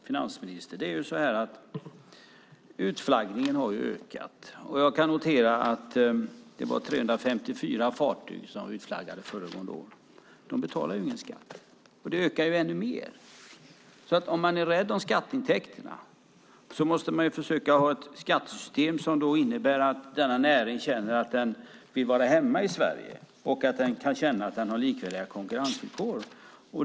Fru talman! Herr finansminister! Utflaggningen har ökat. Jag noterar att det var 354 fartyg som utflaggades föregående år - de betalar ju ingen skatt - och det ökar ännu mer. Om man är rädd om skatteintäkterna måste man försöka ha ett skattesystem som innebär att denna näring känner att den vill vara hemma i Sverige och att den känner att den har likvärdiga konkurrensvillkor.